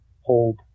hold